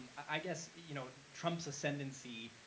i guess, you know trump's ascendancy,